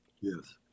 Yes